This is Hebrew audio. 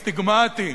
סטיגמטיים.